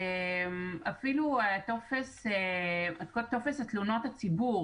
אפילו טופס תלונות הציבור